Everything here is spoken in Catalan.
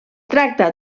tracta